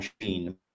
machine